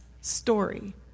story